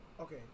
Okay